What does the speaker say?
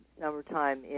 summertime